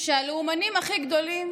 שהלאומנים הכי גדולים